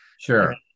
Sure